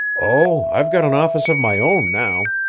oh, i've got an office of my own now.